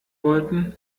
wollten